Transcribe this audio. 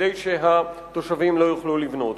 כדי שהתושבים לא יוכלו לבנות.